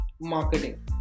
Marketing